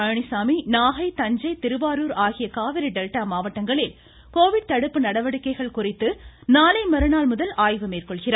பழனிசாமி நாகை தஞ்சை திருவாரூர் ஆகிய காவிரி டெல்டா மாவட்டங்களில் கோவிட் தடுப்பு நடவடிக்கைகள் குறித்து நாளை மறுநாள் முதல் ஆய்வு மேற்கொள்கிறார்